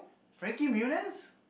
Frankie-Muniz